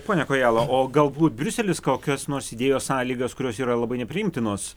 pone kojala o galbūt briuselis kokias nors įdėjo sąlygas kurios yra labai nepriimtinos